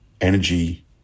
energy